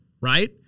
Right